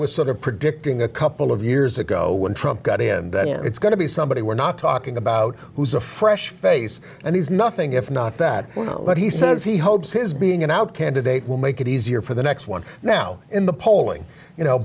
was sort of predicting a couple of years ago when trump got in it's going to be somebody we're not talking about who's a fresh face and he's nothing if not that but he says he hopes his being an out candidate will make it easier for the next one now in the polling you know